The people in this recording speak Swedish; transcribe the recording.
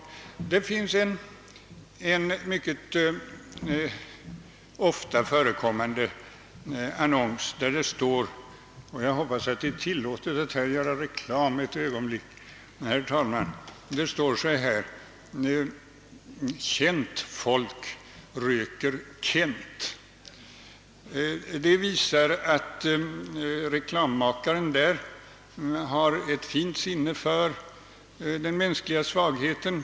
I en annons som förekommer mycket ofta — och nu hoppas jag att det är tillåtet att göra reklam för ett ögonblick — står det: »Känt folk röker Kent.» Den annonsen visar att reklammakaren har fint sinne för mänskliga svagheter.